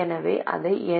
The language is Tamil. எனவே அதை என்